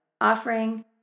offering